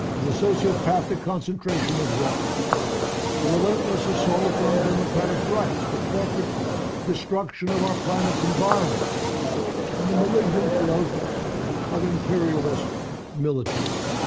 the sociopathic concentration of wealth the relentless assault on democratic rights the corporate destruction of our planet's environment and the malignant growth of imperialist militarism.